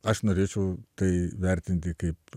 aš norėčiau tai vertinti kaip